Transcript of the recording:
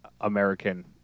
American